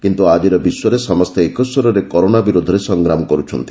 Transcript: କିନ୍ତୁ ଆଜିର ବିଶ୍ୱରେ ସମସ୍ତେ ଏକସ୍ୱରରେ କରୋନା ବିରୋଧରେ ସଂଗ୍ରାମ କରୁଛନ୍ତି